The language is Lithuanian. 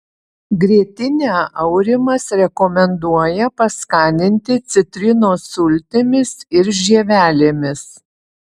grietinę aurimas rekomenduoja paskaninti citrinos sultimis ir žievelėmis